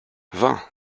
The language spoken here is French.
vingt